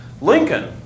Lincoln